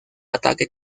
ataque